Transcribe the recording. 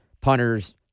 punters